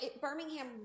Birmingham